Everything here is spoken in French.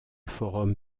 forum